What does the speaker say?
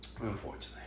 Unfortunately